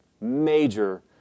Major